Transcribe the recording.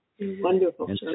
Wonderful